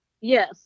Yes